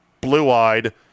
blue-eyed